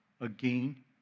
again